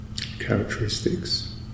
characteristics